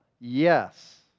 Yes